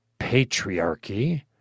patriarchy